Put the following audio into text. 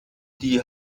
die